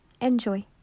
Enjoy